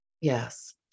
Yes